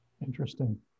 Interesting